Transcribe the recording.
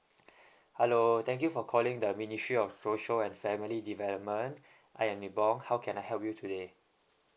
hello thank you for calling the ministry of social and family development I am nibong how can I help you today